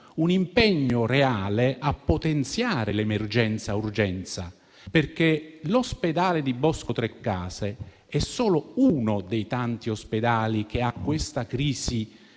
un impegno reale a potenziare l'emergenza-urgenza, perché l'ospedale di Boscotrecase è solo uno dei tanti ospedali che hanno questa crisi